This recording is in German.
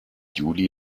juli